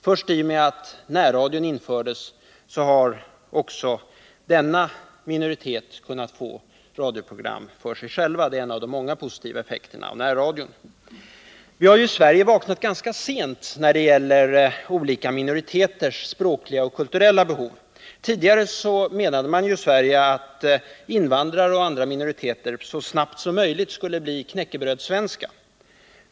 Först i och med att närradion infördes har också denna minoritet kunnat få radioprogram för sig själva. Det är en av de många positiva effekterna av närradion. Vi har i Sverige vaknat ganska sent när det gäller olika minoriteters språkliga och kulturella behov. Tidigare menade man i Sverige att invandrare och andra minoriteter så snabbt som möjligt skulle bli ”knäckebrödssvenskar”.